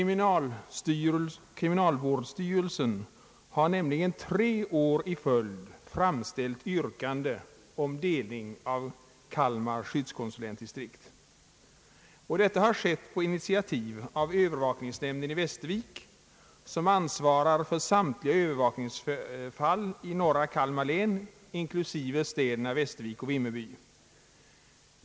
Kriminalvårdsstyrelsen har nämligen tre år i följd framställt yrkande om delning av Kalmar skyddskonsulentdistrikt. Detta har skett på initiativ av övervakningsnämnden i Västervik, som ansvarar för samtliga övervakningsfall i norra Kalmar län inklusive städerna Västervik och Vimmerby.